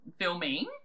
filming